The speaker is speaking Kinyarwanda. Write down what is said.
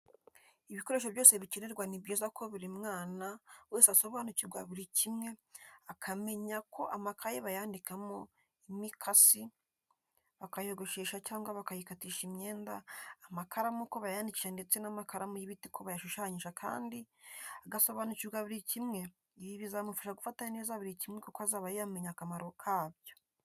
Ibikoresho byose bikenerwa ni byiza ko buri mwana wese asobanukirwa buri kimwe, akamenya ko amakayi bayandikamo, imikasi bayogoshesha cyangwa bakayikatisha imyenda, amakaramu ko bayandikisha ndetse n'amakaramu y'ibiti ko bayashushanyisha kandi agasobanukirwa buri kimwe, ibi bizamufasha gufata neza buri kimwe kuko azaba yamenye akamaro kacyo.